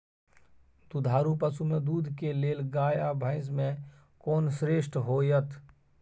दुधारू पसु में दूध के लेल गाय आ भैंस में कोन श्रेष्ठ होयत?